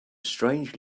strange